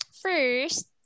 First